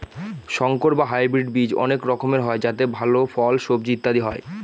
সংকর বা হাইব্রিড বীজ অনেক রকমের হয় যাতে ভাল ফল, সবজি ইত্যাদি হয়